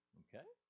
okay